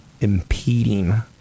impeding